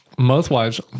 Mouth-wise